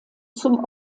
zum